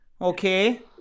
Okay